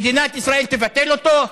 מדינת ישראל תבטל אותו,